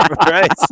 right